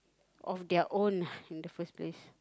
of their own in the first place